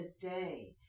today